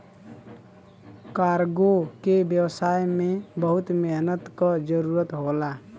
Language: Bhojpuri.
कार्गो के व्यवसाय में बहुत मेहनत क जरुरत होला